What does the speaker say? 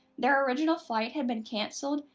their original flight had been cancelled,